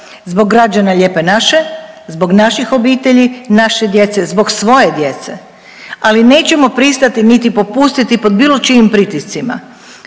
zbog građana Lijepe naše, zbog naših obitelji, naše djece, zbog svoje djece, ali nećemo pristati, niti popustiti pod bilo čijim pritiscima.